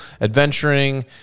adventuring